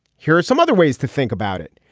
here are some other ways to think about it.